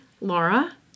Laura